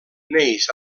neix